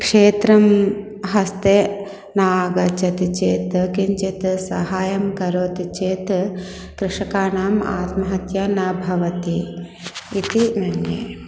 क्षेत्रं हस्ते न आगच्छति चेत् किञ्चित् सहायं करोति चेत् कृषकाणाम् आत्महत्या न भवति इति मन्ये